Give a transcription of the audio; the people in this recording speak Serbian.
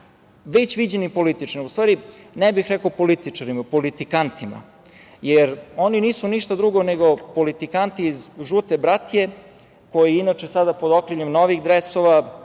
već viđenim političarima, u stvari ne bih rekao političarima, politikantima. Oni nisu ništa drugo nego politikanti iz žute bratije, koji inače sada pod okriljem novih dresova